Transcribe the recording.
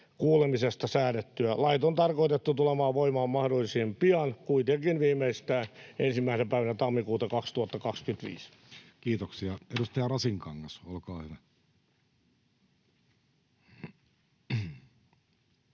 kuulemisesta säädettyä. Lait on tarkoitettu tulemaan voimaan mahdollisimman pian, kuitenkin viimeistään 1. päivänä tammikuuta 2025. [Speech 158] Speaker: Jussi Halla-aho